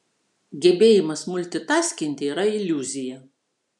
gebėjimas multitaskinti yra iliuzija